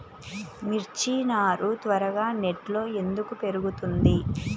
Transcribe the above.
మిర్చి నారు త్వరగా నెట్లో ఎందుకు పెరుగుతుంది?